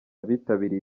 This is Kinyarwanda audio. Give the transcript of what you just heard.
bitabiriye